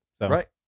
Right